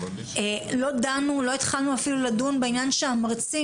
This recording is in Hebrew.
לא התחלנו אפילו לדון בעניין של המרצים